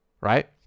Right